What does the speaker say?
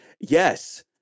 Yes